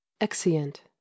exeunt